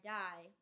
die